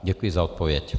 Děkuji za odpověď.